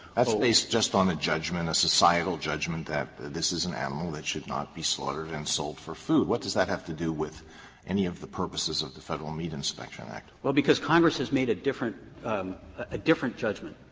that's based just on a judgment, a societal judgment that this is an animal that should not be slaughtered and sold for food. what does that have to do with any of the purposes of the federal meat inspection act? wells well, because congress has made a different um a different judgment,